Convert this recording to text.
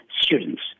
students